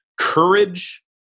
courage